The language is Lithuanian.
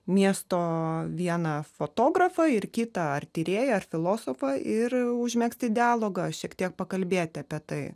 miesto vieną fotografą ir kitą ar tyrėją ar filosofą ir užmegzti dialogą šiek tiek pakalbėti apie tai